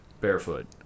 Barefoot